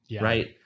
right